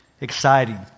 exciting